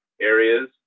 areas